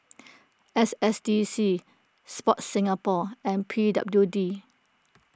S S D C Sport Singapore and P W D